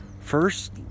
first